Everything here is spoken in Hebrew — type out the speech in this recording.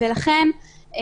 ולכן אני